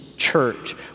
church